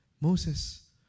Moses